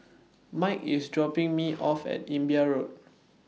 Mike IS dropping Me off At Imbiah Road